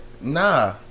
nah